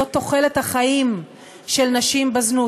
זאת תוחלת החיים של נשים בזנות.